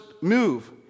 move